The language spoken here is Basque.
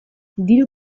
diru